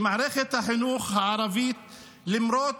שלמרות